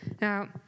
Now